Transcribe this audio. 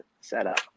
setup